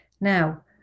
Now